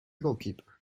goalkeeper